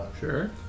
Sure